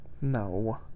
No